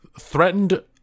threatened